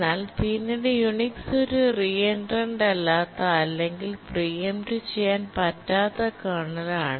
എന്നാൽ പിന്നീട് യുണിക്സ് ഒരു റീ എൻട്രൻറ് അല്ലാത്ത അല്ലെങ്കിൽ പ്രീ എംപ്ട് ചെയ്യാൻ പറ്റാത്ത കേർണലാണ്